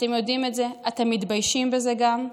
אתם יודעים את זה, אתם מתביישים בזה גם.